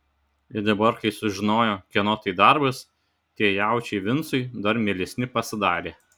ir dabar kai sužinojo kieno tai darbas tie jaučiai vincui dar mielesni pasidarė